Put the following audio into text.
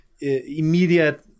immediate